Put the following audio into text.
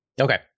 Okay